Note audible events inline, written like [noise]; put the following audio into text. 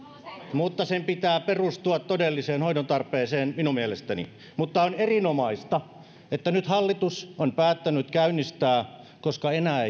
mutta sen pitää perustua todelliseen hoidontarpeeseen minun mielestäni on erinomaista että nyt hallitus on päättänyt käynnistää koska enää [unintelligible]